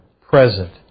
present